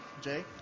Jay